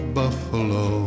buffalo